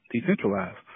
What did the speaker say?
decentralized